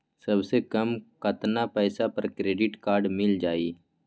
सबसे कम कतना पैसा पर क्रेडिट काड मिल जाई?